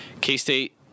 K-State